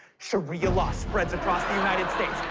sharia law spreads across the united states.